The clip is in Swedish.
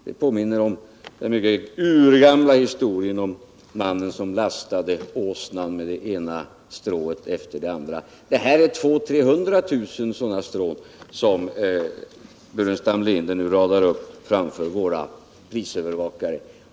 Det påminner om den urgamla historien om mannen som lastade sin åsna med det ena strået efter det andra. Herr Burenstam Linder radar nu upp 200 000-300 000 sådana strån framför våra prisövervakare.